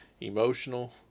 emotional